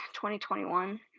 2021